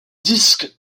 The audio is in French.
disque